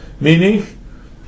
meaning